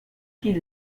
qui